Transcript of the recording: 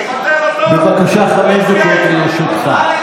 תבטל אותו, בבקשה, חמש דקות לרשותך.